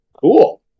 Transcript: Cool